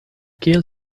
kiel